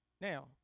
Now